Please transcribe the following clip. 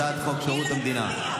הצעת חוק שירות המדינה,